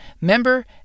member